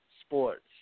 sports